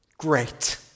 Great